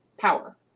power